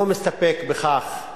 לא מסתפק בכך אגב,